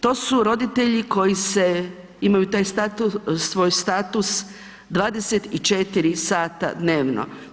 To su roditelji koji se, imaju taj status, svoj status 24h dnevno.